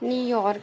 New York